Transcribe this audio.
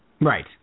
Right